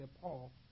Paul